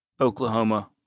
Oklahoma